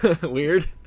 Weird